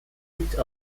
liegt